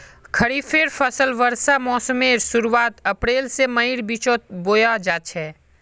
खरिफेर फसल वर्षा मोसमेर शुरुआत अप्रैल से मईर बिचोत बोया जाछे